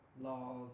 laws